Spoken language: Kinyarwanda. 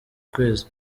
kwezi